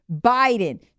Biden